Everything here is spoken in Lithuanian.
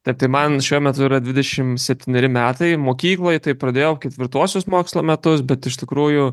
taip tai man šiuo metu yra dvidešim septyneri metai mokykloj tai pradėjau ketvirtuosius mokslo metus bet iš tikrųjų